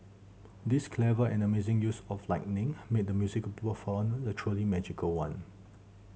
this clever and amazing use of lighting made the musical perform a truly magical one